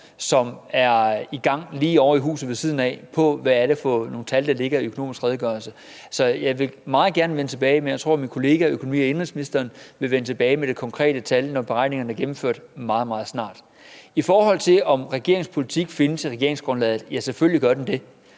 som er i gang lige herovre i huset ved siden af, og som går ud på at se, hvad det er for nogle tal, der skal ligge i den økonomiske redegørelse. Jeg vil meget gerne vende tilbage, men jeg tror, at økonomi- og indenrigsministeren, min kollega, vil vende tilbage med det konkrete tal, når beregningerne er gennemført meget, meget snart. I forhold til om regeringens politik findes i regeringsgrundlaget, vil jeg sige, at selvfølgelig gør den det.